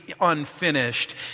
unfinished